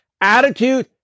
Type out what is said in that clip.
attitude